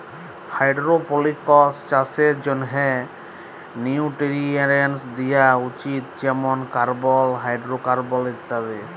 hydroponics চাষের জ্যনহে nutrients দিয়া উচিত যেমল কার্বল, হাইডোরোকার্বল ইত্যাদি